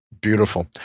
beautiful